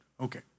Okay